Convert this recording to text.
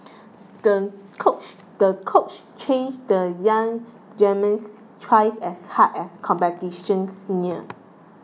the coach the coach trained the young twice as hard as competitions near